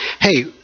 hey